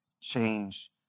change